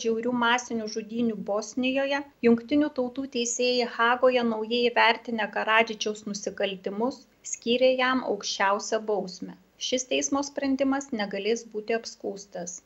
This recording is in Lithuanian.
žiaurių masinių žudynių bosnijoje jungtinių tautų teisėjai hagoje naujai įvertinę karadžičiaus nusikaltimus skyrė jam aukščiausią bausmę šis teismo sprendimas negalės būti apskųstas